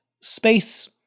space